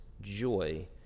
joy